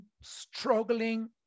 struggling